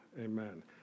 Amen